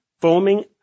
foaming